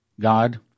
God